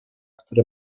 który